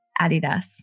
Adidas